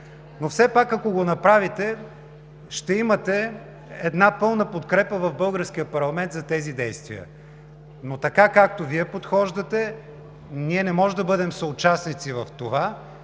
Все пак, ако го направите, ще имате една пълна подкрепа в българския парламент за тези действия. Така, както Вие подхождате, ние не можем да бъдем съучастници в това.